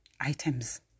items